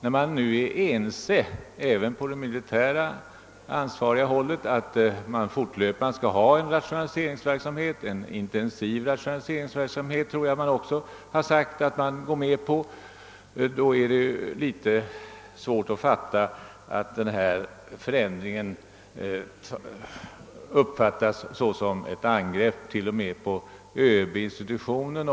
När man på det militärt ansvariga hållet är ense om att det fortgående skall bedrivas en rationaliseringsverksamhet — jag tror man också sagt sig gå med på en intensiv sådan — är det litet svårt att fatta att den här förändringen t.o.m. kan uppfattas som ett angrepp på ÖB-institutionen.